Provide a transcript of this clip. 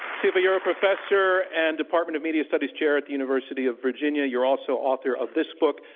siva, you are a professor and department of media studies chair at the university of virginia. you're also author of this book,